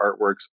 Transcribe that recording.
artworks